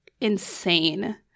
insane